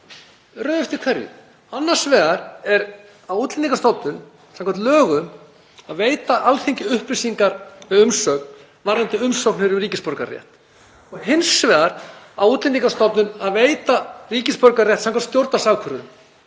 Röð eftir hverju? Annars vegar á Útlendingastofnun samkvæmt lögum að veita Alþingi upplýsingar eða umsögn um umsóknir um ríkisborgararétt og hins vegar á Útlendingastofnun að veita ríkisborgararétt samkvæmt stjórnvaldsákvörðun.